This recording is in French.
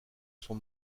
son